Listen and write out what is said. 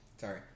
Sorry